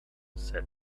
said